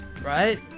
right